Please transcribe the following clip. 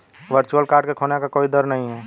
virtual card के खोने का कोई दर नहीं है